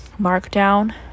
markdown